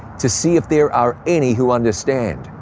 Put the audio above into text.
to see if there are any who understand,